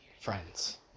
friends